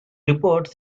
reports